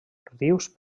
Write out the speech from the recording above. rius